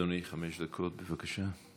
אדוני, חמש דקות, בבקשה.